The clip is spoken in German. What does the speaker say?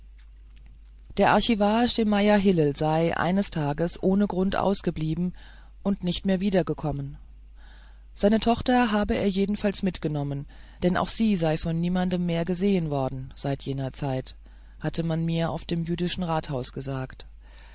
der archivar schemajah hillel sei eines tages ohne grund ausgeblieben und nicht mehr wiedergekommen seine tochter habe er jedenfalls mitgenommen denn auch sie sei von niemand mehr gesehen worden seit jener zeit hatte man mir auf dem jüdischen rathaus gesagt